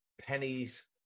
pennies